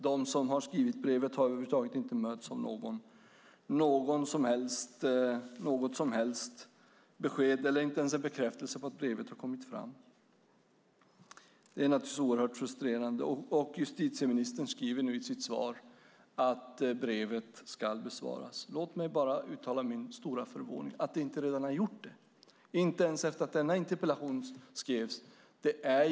De som har skrivit brevet har inte fått något som helst besked, inte ens en bekräftelse på att brevet har kommit fram. Det är naturligtvis oerhört frustrerande. Justitieministern skriver nu i sitt svar att brevet ska besvaras. Låt mig bara uttala min stora förvåning över att ni inte redan har gjort det, inte ens efter att denna interpellation skrevs.